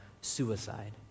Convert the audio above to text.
suicide